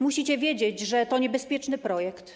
Musicie wiedzieć, że to jest niebezpieczny projekt.